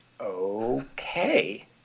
okay